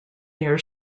near